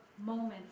moments